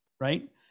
Right